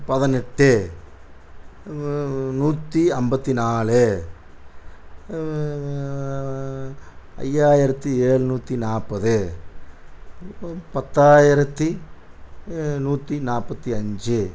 பதினெட்டு நூற்றி அம்பத்து நாலு ஐயாயிரத்து ஏழ்நூற்றி நாற்பது பத்தாயிரத்து நூற்றி நாப்பத்து அஞ்சு